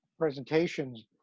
Presentations